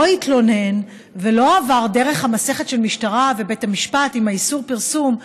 התלונן ולא עבר דרך המסכת של המשטרה ובית המשפט עם איסור הפרסום,